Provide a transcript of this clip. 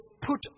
put